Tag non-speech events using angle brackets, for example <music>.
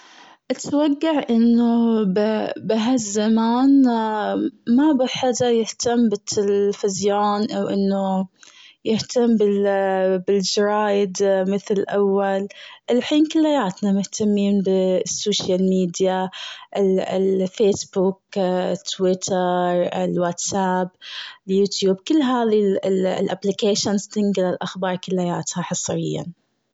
اتوقع أنه بهالزمان <hesitation> ما حدا يهتم بالتلفزيون أو أنه يهتم بالجرايد مثل أول الحين كلياتنا مهتمين بالسوشيال ميديا ال-ال-فيسبوك <hesitation> تويتر واتساب يوتيوب كل هذي ال applications تنقل الأخبار كلياتها حاسه واياها.